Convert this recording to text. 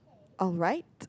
alright